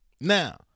Now